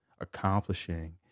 accomplishing